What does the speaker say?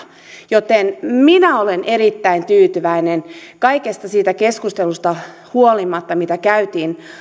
joten minä olen erittäin tyytyväinen kaikesta siitä keskustelusta huolimatta mitä käytiin